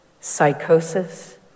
psychosis